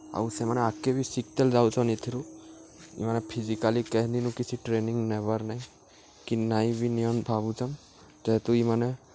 ଆଉ ସେମାନେ ଆଗ୍କେ ବି ଶିଖ୍ତେଲ ଯାଉଛନ୍ ଇଥିରୁ ମାନେ ଫିଜିକାଲି କେହିନିନୁ କିଛି ଟ୍ରେନିଂ ନେବାର୍ ନଇଁ କି ନାଇଁ ବି ନିଅନ ଭାବୁଚନ୍ ଯେହେତୁ ଇମାନେ